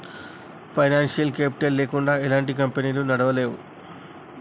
financial capital లేకుండా ఎలాంటి కంపెనీలను నడపలేము